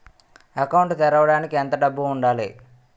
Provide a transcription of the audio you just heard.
Account తెరవడానికి ఎంత డబ్బు ఉండాలి?